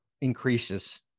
increases